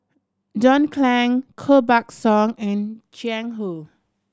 John Clang Koh Buck Song and Jiang Hu